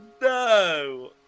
no